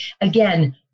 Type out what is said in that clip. again